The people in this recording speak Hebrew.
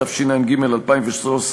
התשע"ג 2013,